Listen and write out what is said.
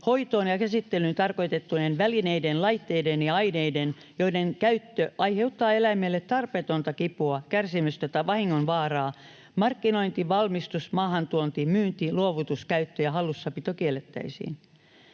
hoitoon ja käsittelyyn tarkoitettujen välineiden, laitteiden ja aineiden, joiden käyttö aiheuttaa eläimelle tarpeetonta kipua, kärsimystä tai vahingon vaaraa, markkinointi, valmistus, maahantuonti, myynti, luovutus, käyttö ja hallussapito kiellettäisiin.